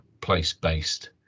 place-based